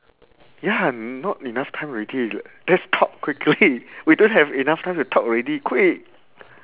ya not enough time already let's talk quickly we don't have enough time to talk already quick